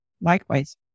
Likewise